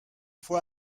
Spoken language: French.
fois